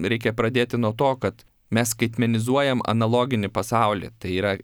reikia pradėti nuo to kad mes skaitmenizuojam analoginį pasaulį tai yra